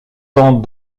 tant